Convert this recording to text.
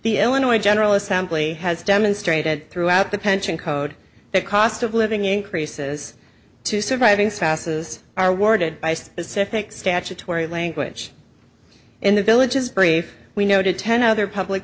the illinois general assembly has demonstrated throughout the pension code the cost of living increases to surviving spouses are worded by specific statutory language in the villages brief we noted ten other public